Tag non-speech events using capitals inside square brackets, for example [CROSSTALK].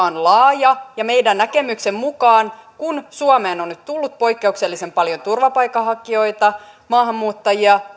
[UNINTELLIGIBLE] on laaja ja meidän näkemyksemme mukaan kun suomeen on nyt tullut poikkeuksellisen paljon turvapaikanhakijoita maahanmuuttajia